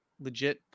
legit